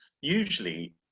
usually